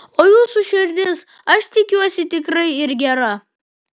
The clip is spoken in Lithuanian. o jūsų širdis aš tikiuosi tikrai yr gera